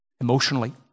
emotionally